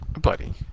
Buddy